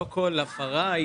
לא כל הפרה ישר הולכת לעיצום.